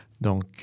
Donc